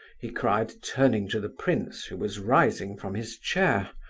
he cried, turning to the prince, who was rising from his chair.